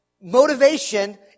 motivation